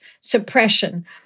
suppression